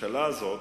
שטרית.